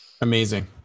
amazing